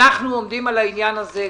אנחנו עומדים על העניין הזה.